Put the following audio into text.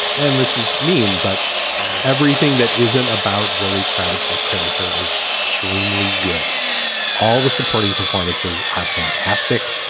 and this is mean. but everything that isn't about zoe kravitz's character is extremely good all the supporting performances are fantastic